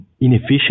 inefficient